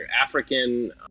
African